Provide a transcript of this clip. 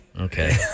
Okay